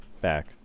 back